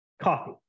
coffee